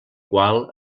qual